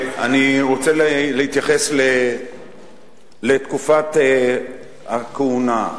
אני רוצה להתייחס לתקופת הכהונה,